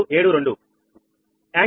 04725 కోణం 221